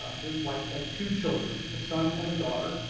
his wife, had two children, a son and a daughter.